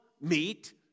meet